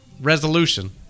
Resolution